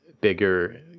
bigger